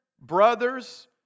brothers